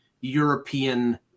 European